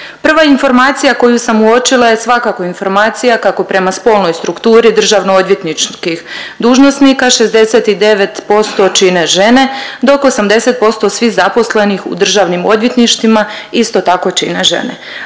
Prva informacija koju sam uočila je svakako informacija kako prema spolnoj strukturi državno-odvjetničkih dužnosnika 69% čine žene dok 80% svih zaposlenih u državnim odvjetništvima isto tako čine žene.